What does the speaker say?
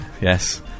Yes